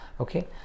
Okay